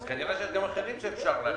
אז כנראה שיש גם אחרים שאפשר להחריג.